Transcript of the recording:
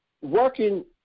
working